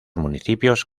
municipios